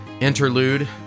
interlude